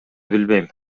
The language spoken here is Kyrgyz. билбейм